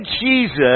Jesus